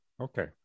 okay